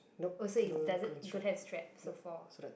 oh so it doesn't don't have strap so four